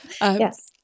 Yes